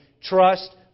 trust